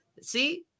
see